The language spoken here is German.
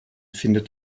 findet